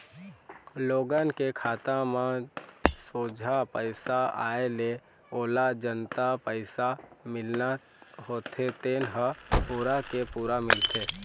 लोगन के खाता म सोझ पइसा आए ले ओला जतना पइसा मिलना होथे तेन ह पूरा के पूरा मिलथे